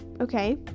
okay